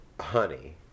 honey